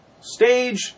Stage